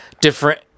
different